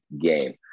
game